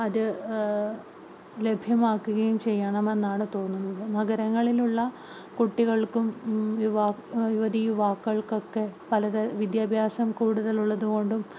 അത് ലഭ്യമാക്കുകയും ചെയ്യണമെന്നാണ് തോന്നുന്നത് നഗരങ്ങളിലുള്ള കുട്ടികൾക്കും യുവതി യുവാക്കൾക്കുമൊക്കെ വിദ്യാഭ്യാസം കൂടുതലുള്ളതുകൊണ്ടും